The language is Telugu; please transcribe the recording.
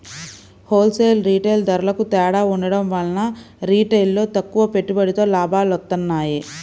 హోల్ సేల్, రిటైల్ ధరలకూ తేడా ఉండటం వల్ల రిటైల్లో తక్కువ పెట్టుబడితో లాభాలొత్తన్నాయి